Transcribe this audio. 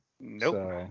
Nope